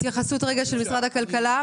התייחסות משרד הכלכלה.